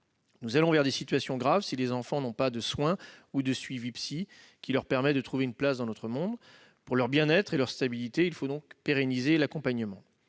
Nous allons vers des situations graves si les enfants ne bénéficient pas de soins ou d'un suivi « psy » qui leur permettent de trouver une place dans notre monde. Pour leur bien-être et leur stabilité, il faut pérenniser l'accompagnement.